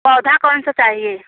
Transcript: पौधा कौन सा चाहिए